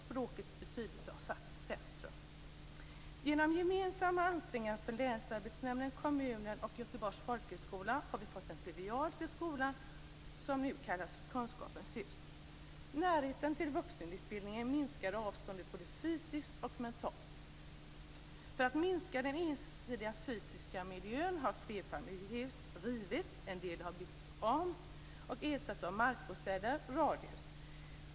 Språkets betydelse har satts i centrum. Genom gemensamma ansträngningar från länsarbetsnämnden, kommunen och Göteborgs folkhögskola har vi fått en filial till skolan som nu kallas Kunskapens hus. Närheten till vuxenutbildningen minskar avståndet både fysiskt och mentalt. För att minska den ensidiga fysiska miljön har flerfamiljshus rivits. En del har byggts om och ersatts av markbostäder, dvs. radhus.